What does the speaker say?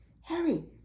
Harry